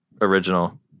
original